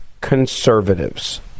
conservatives